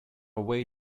way